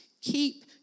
Keep